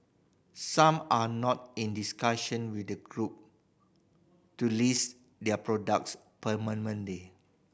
some are now in discussion with the Group to list their products permanently